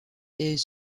est